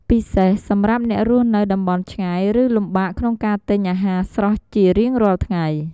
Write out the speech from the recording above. ពិសេសសម្រាប់អ្នករស់នៅតំបន់ឆ្ងាយឬលំបាកក្នុងការទិញអាហារស្រស់ជារៀងរាល់ថ្ងៃ។